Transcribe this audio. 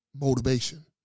motivation